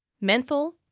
menthol